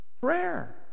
prayer